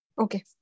okay